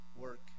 Work